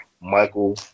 Michael